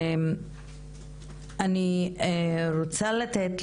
אני רוצה לתת